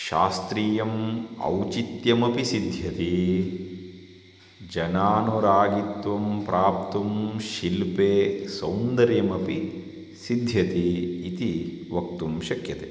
शास्त्रीयम् औचित्यमपि सिद्ध्यती जनानुरागित्वं प्राप्तुं शिल्पे सौन्दर्यमपि सिद्ध्यति इति वक्तुं शक्यते